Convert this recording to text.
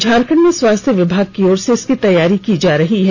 झारखंड में स्वास्थ्य विभाग की ओर से इसकी तैयारी की जा रही है